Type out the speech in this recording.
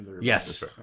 yes